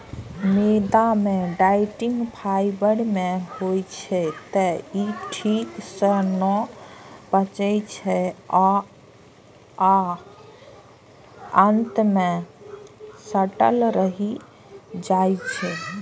मैदा मे dietary fibre नै होइ छै, तें ई ठीक सं नै पचै छै आ आंत मे सटल रहि जाइ छै